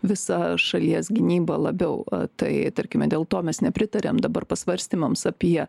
visa šalies gynyba labiau tai tarkime dėl to mes nepritariam dabar pasvarstymams apie